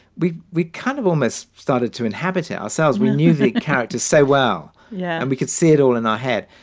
we we kind of almost started to inhabit it ourselves. we knew the characters so well. yeah. and we could see it all in our head.